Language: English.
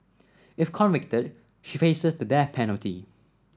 if convicted she faces the death penalty